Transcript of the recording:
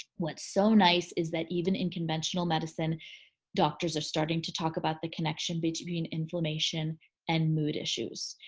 what's so nice is that even in conventional medicine doctors are starting to talk about the connection between inflammation and mood issues.